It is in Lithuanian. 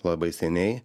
labai seniai